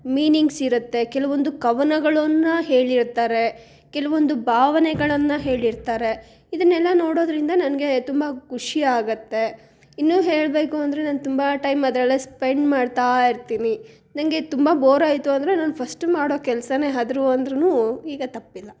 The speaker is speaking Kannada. ಮೀನಿಂಗ್ಸ್ ಇರುತ್ತೆ ಕೆಲವೊಂದು ಕವನಗಳನ್ನಾ ಹೇಳಿರ್ತಾರೆ ಕೆಲವೊಂದು ಭಾವನೆಗಳನ್ನು ಹೇಳಿರ್ತಾರೆ ಇದನ್ನೆಲ್ಲ ನೋಡೋದರಿಂದ ನನಗೆ ತುಂಬ ಖುಷಿ ಆಗುತ್ತೆ ಇನ್ನೂ ಹೇಳಬೇಕು ಅಂದರೆ ನಾನು ತುಂಬ ಟೈಮ್ ಅದರಲ್ಲೇ ಸ್ಪೆಂಡ್ ಮಾಡ್ತಾಯಿರ್ತೀನಿ ನನಗೆ ತುಂಬ ಬೋರ್ ಆಯಿತು ಅಂದರೆ ನಾನು ಫಸ್ಟ್ ಮಾಡೋ ಕೆಲ್ಸವೇ ಅದು ಅಂದ್ರೂ ಈಗ ತಪ್ಪಿಲ್ಲ